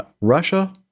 Russia